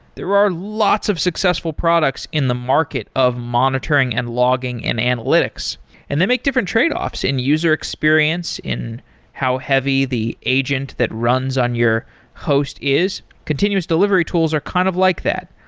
there are lots of successful products in the market of monitoring and logging and analytics and they make different trade-offs in user experience, in how heavy the agent that runs on your host is. continuous delivery tools are kind of like that.